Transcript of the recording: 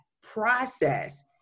process